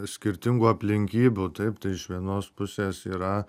skirtingų aplinkybių taip tai iš vienos pusės yra